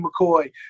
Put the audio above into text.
McCoy